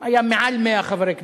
היה מעל 100 חברי כנסת.